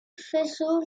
faisceaux